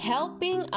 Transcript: Helping